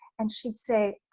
and she'd say,